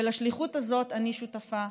לשליחות הזאת אני שותפה,